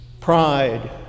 Pride